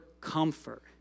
comfort